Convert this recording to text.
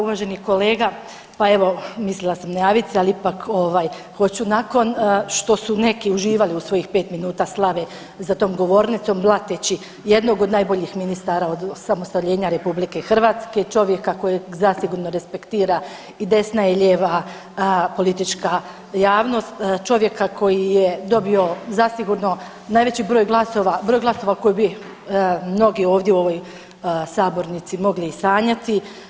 Uvaženi kolega pa evo mislila sam ne javit se, ali ipak hoću nakon što su neki uživali u svojih 5 minuta slave za tom govornicom blateći jednog od najboljih ministara od osamostaljenja Republike Hrvatske, čovjeka kojeg zasigurno respektira i desna i lijeva politička javnost, čovjeka koji je dobio zasigurno najveći broj glasova, broj glasova koji bi mnogi ovdje u ovoj sabornici mogli i sanjati.